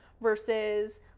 versus